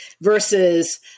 versus